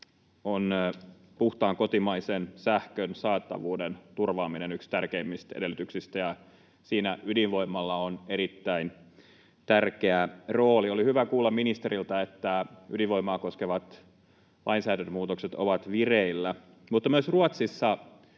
on puhtaan kotimaisen sähkön saatavuuden turvaaminen yksi tärkeimmistä edellytyksistä, ja siinä ydinvoimalla on erittäin tärkeä rooli. Oli hyvä kuulla ministeriltä, että ydinvoimaa koskevat lainsäädäntömuutokset ovat vireillä. Myös Ruotsissa